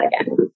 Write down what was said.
again